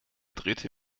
drehte